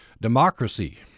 Democracy